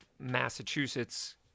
Massachusetts